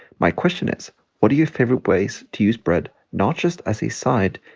my question is what are your favorite ways to use bread? not just as a side,